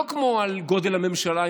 לא כמו גודל הממשלה,